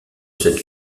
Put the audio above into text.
cette